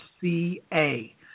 C-A